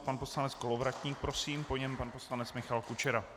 Pan poslanec Kolovratník, prosím, po něm pan poslanec Michal Kučera.